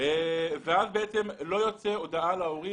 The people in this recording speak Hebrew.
אז לא יוצאת הודעה להורים.